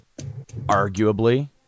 arguably